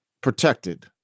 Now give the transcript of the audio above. protected